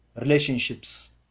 relationships